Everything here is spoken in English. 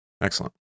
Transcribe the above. Excellent